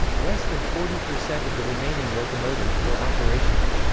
less than forty percent of the remaining locomotives were operational.